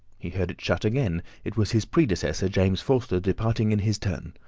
he heard it shut again it was his predecessor, james forster, departing in his turn.